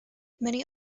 many